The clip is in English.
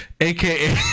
aka